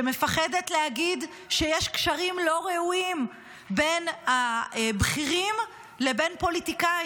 שמפחדת להגיד שיש קשרים לא ראויים בין הבכירים לבין פוליטיקאים,